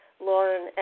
Lauren